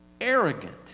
arrogant